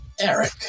Eric